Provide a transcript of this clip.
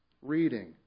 Reading